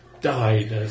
died